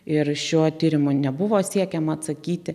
ir šio tyrimu nebuvo siekiama atsakyti